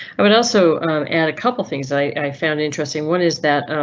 i would also add a couple things i found interesting. one is that, um,